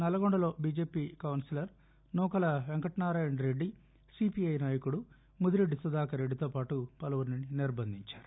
నల్లగొండలో BJP councillor Nukala Venkat Narayana Reddy CPI నాయకుడు ముదిరెడ్డి సుధాకర్ రెడ్డితో పాటు పలువురిని నిర్బంధించారు